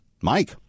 Mike